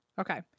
okay